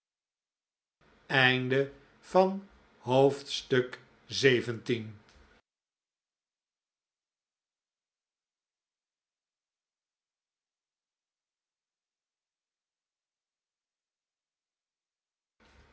dames van zeventien